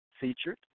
featured